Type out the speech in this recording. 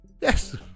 Yes